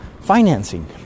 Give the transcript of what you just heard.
financing